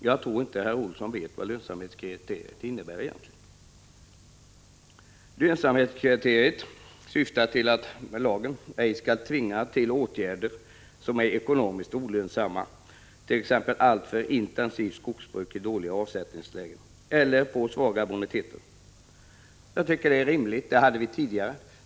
Jag tror inte att herr Olsson vet vad lönsamhetskriteriet egentligen innebär. Vi säger i reservationen bl.a.: ”Samhället skall ej kunna tvinga till åtgärder som är ekonomiskt olönsamma, t.ex. alltför intensivt skogsbruk i dåliga avsättningslägen eller på svaga boniteter.” Jag tycker detta är rimligt. Så hade vi det tidigare.